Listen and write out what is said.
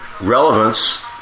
relevance